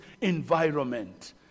environment